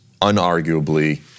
unarguably